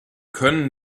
können